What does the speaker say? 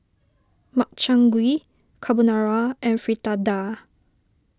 Makchang Gui Carbonara and Fritada